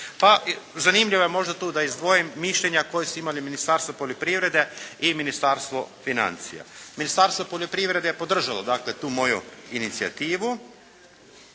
Pa zanimljivo je možda tu da izdvojim mišljenja koja su imali Ministarstvo poljoprivrede i Ministarstvo financija. Ministarstvo poljoprivrede je podržalo dakle tu moju inicijativu